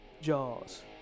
jaws